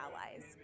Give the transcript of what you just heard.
allies